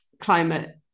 climate